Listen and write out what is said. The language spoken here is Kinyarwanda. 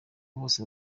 hose